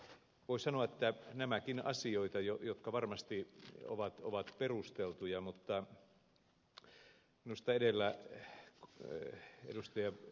voi sanoa että nämäkin ovat asioita jotka varmasti ovat perusteltuja mutta minusta edellä ed